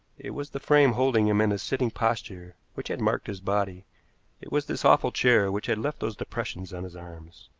it was the frame holding him in a sitting posture which had marked his body it was this awful chair which had left those depressions on his arms.